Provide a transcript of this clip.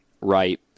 right